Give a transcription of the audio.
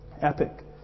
Epic